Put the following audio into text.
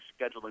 scheduling